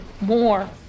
more